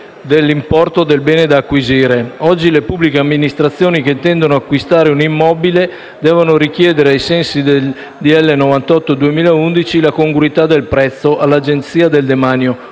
dell'importo del bene da acquisire. Oggi le pubbliche amministrazioni che intendono acquistare un immobile devono richiedere, ai sensi del decreto-legge n. 98 del 2011, la congruità del prezzo all'Agenzia del demanio,